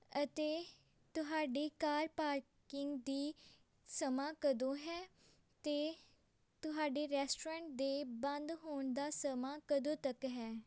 ਅਤੇ ਤੁਹਾਡੀ car parking ਦੀ ਸਮਾਂ ਕਦੋਂ ਹੈ ਅਤੇ ਤੁਹਾਡੇ ਰੈਸਟੋਰੈਂਟ ਦੇ ਬੰਦ ਹੋਣ ਦਾ ਸਮਾਂ ਕਦੋਂ ਤੱਕ ਹੈ